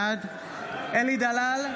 בעד אלי דלל,